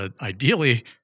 ideally